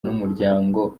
n’umuryango